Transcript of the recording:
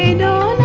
no